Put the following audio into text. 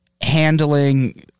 handling